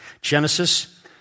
Genesis